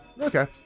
Okay